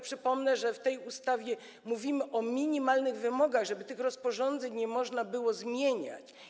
Przypomnę, że w tej ustawie mówimy o minimalnych wymogach, żeby tych rozporządzeń nie można było zmieniać.